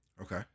Okay